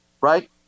right